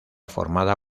formada